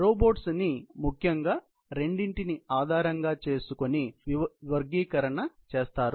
robots ని ముఖ్యంగా రెండింటిని ఆధారంగా చేసుకొని వివర్గీకరణ చేస్తారు